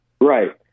Right